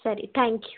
ಸರಿ thank you